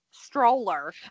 Stroller